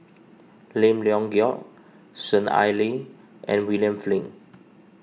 Lim Leong Geok Soon Ai Ling and William Flint